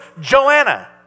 Joanna